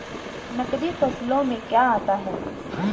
नकदी फसलों में क्या आता है?